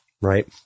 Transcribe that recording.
right